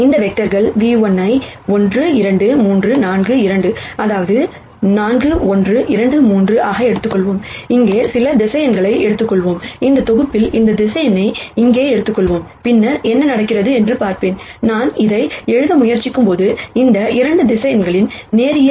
இந்த வெக்டார்கள் V1 ஐ 1 2 3 4 2 அதாவது 4 1 2 3 ஆக எடுத்துக்கொள்வோம் இங்கே சில வெக்டர்ஸ் எடுத்துக்கொள்வோம் இந்த தொகுப்பில் இந்த வெக்டர்ஸ் இங்கே எடுத்துக்கொள்வோம் பின்னர் என்ன நடக்கிறது என்று பார்ப்பேன் நான் இதை எழுத முயற்சிக்கும்போது இந்த 2 வெக்டர்ஸ் லீனியர் காம்பினேஷன்